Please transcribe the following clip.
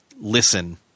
listen